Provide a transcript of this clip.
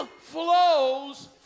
flows